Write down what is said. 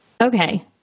Okay